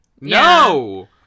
No